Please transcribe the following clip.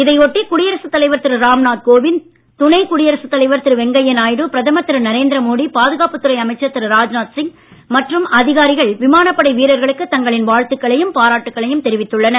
இதை ஒட்டி குடியரசு தலைவர் திரு ராம்நாத் கோவிந்த் துணை குடியரசு தலைவர் திரு வெங்கையாநாயுடு பிரதமர் திரு நரேந்திர மோடி பாதுகாப்புத் துறை அமைச்சர் திரு ராஜ்நாத் சிங் மற்றும் அதிகாரிகள் விமானப்படை வீரர்களுக்கு தங்களின் வாழ்த்துக்களையும் பாராட்டுகளையும் தெரிவித்துள்ளனர்